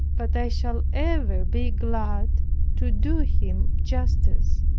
but i shall ever be glad to do him justice.